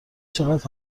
چقدر